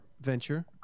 venture